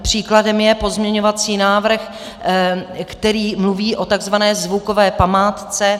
Příkladem je pozměňovací návrh, který mluví o takzvané zvukové památce.